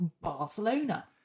Barcelona